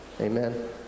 amen